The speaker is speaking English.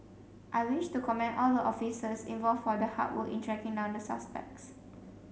I wish to commend all the officers involved for the hard work in tracking down the suspects